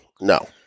No